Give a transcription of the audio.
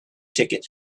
ticket